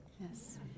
yes